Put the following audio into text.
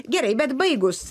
gerai bet baigus